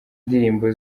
ndirimbo